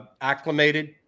acclimated